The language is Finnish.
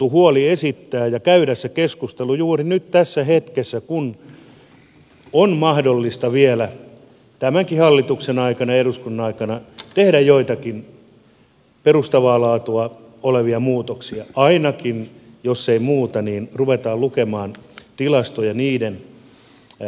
esitetään huoli ja käydään se keskustelu juuri nyt tässä hetkessä kun on mahdollista vielä tämänkin hallituksen aikana ja eduskunnan aikana tehdä joitakin perustavaa laatua olevia muutoksia ainakin jos ei muuta niin ruvetaan lukemaan tilastoja niiden arvottamalla tavalla